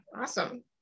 awesome